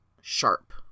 sharp